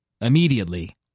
immediately